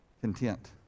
Content